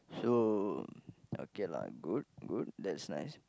so okay lah good good that's nice